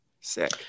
Sick